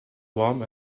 warm